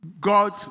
God